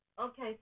Okay